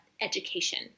education